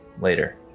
later